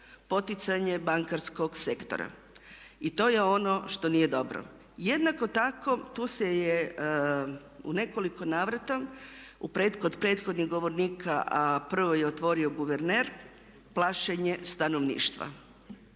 poticanje bankarskog sektora i to je ono što nije dobro. Jednako tako tu se u nekoliko navrata kod prethodnih govornika a prvo je otvorio guverner plašenje stanovništva.